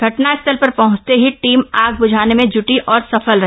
घटनास्थल पर पहंचते ही टीम आग ब्झाने में ज्टी और सफल रहे